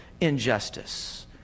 injustice